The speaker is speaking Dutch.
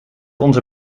onze